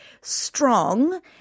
strong